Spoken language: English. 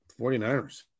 49ers